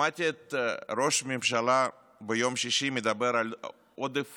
שמעתי את ראש הממשלה ביום שישי מדבר על עודף